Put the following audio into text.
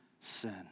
sin